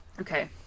Okay